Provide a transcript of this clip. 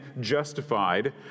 justified